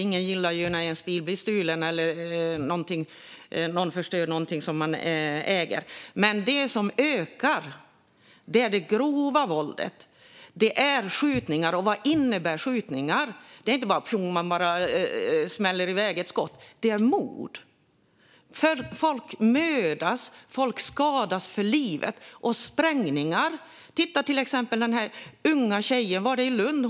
Ingen gillar att bilen blir stulen eller att någon förstör något som man äger. Men det som ökar är det grova våldet. Det handlar om skjutningar. Och vad innebär skjutningar? Det är inte bara att man smäller av ett skott. Det är mord. Folk mördas och skadas för livet. Det handlar också om sprängningar. Titta till exempel på den unga tjejen - var det i Lund?